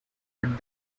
but